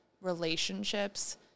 relationships